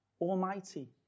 almighty